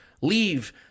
leave